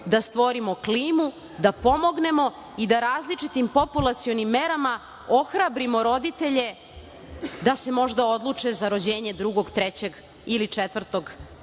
da stvorimo klimu, da pomognemo i da različitim populacionim merama ohrabrimo roditelje da se možda odluče za rođenje drugog,